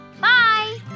Bye